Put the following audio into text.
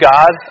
God